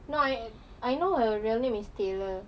no I I know her real name is taylor